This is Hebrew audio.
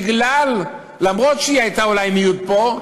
גם אם היא הייתה מיעוט פה,